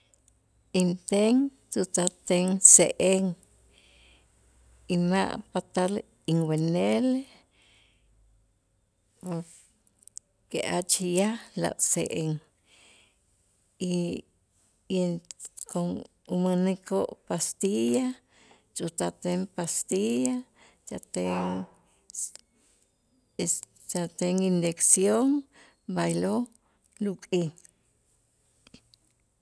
Inten tutz'ajten se'en y ma' patal inwenel que jach yaj a' se'en y y con umänikoo' pastilla tutz'ajten pastilla tz'ajten es tz'ajten inyección b'aylo' luk'ij.